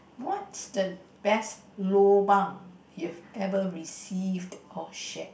what's the best lobang you have ever received or shared